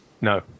No